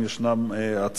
יש לנו גם על